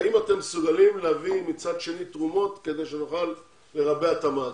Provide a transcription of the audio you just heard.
האם אתם מסוגלים להביא תרומות כדי שנוכל לרבע את המעגל?